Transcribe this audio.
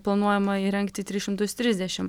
planuojama įrengti tris šimtus trisdešimt